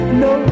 no